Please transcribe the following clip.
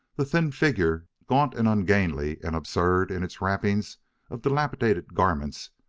the thin figure, gaunt and ungainly and absurd in its wrappings of dilapidated garments,